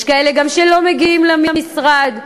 יש גם כאלה שלא מגיעים למשרד.